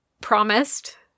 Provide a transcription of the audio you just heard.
promised